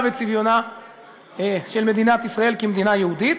וצביונה של מדינת ישראל כמדינה יהודית.